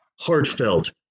heartfelt